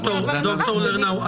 ד"ר לרנאו,